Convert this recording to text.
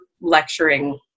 lecturing